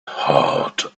heart